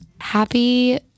happy